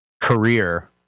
career